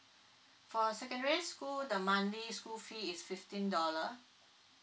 for secondary school the monthly school fee is fifteen dollar